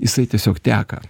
jisai tiesiog teka